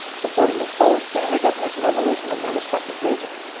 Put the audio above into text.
supporting the full standard definition resolution of their respective region.